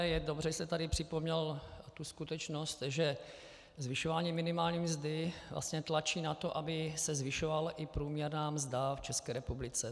Je dobře, že jste tady připomněl tu skutečnost, že zvyšování minimální mzdy vlastně tlačí na to, aby se zvyšovala i průměrná mzda v České republice.